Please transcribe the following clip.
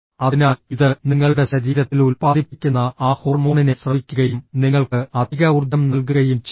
അതിനാൽ ഇത് നിങ്ങളുടെ ശരീരത്തിൽ ഉൽപ്പാദിപ്പിക്കുന്ന ആ ഹോർമോണിനെ സ്രവിക്കുകയും നിങ്ങൾക്ക് അധിക ഊർജ്ജം നൽകുകയും ചെയ്യുന്നു